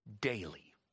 daily